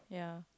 ya